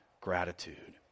gratitude